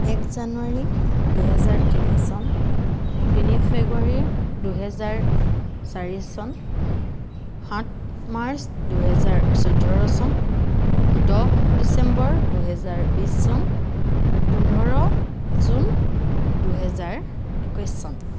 এক জানুৱাৰী দুহেজাৰ তিনি চন তিনি ফেব্ৰুৱাৰী দুহেজাৰ চাৰি চন সাত মাৰ্চ দুহেজাৰ চৈধ্য় চন দহ ডিচেম্বৰ দুহেজাৰ বিছ চন পোন্ধৰ জুন দুহেজাৰ একৈছ চন